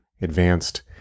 advanced